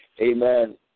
Amen